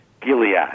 Gilead